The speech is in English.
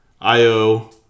Io